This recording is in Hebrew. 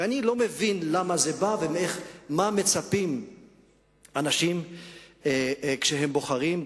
ואני לא מבין למה זה בא ומה מצפים אנשים כשהם בוחרים.